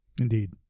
Indeed